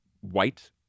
white